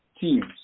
teams